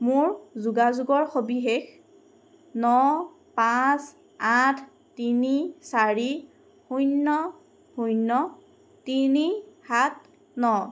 মোৰ যোগাযোগৰ সবিশেষ ন পাঁচ আঠ তিনি চাৰি শূন্য শূন্য তিনি সাত ন